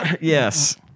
Yes